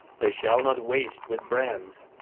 they shall not waste with brands,